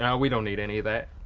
and we don't need any of that.